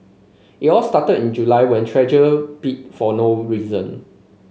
it all started in July when Treasure bit for no reason